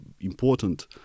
important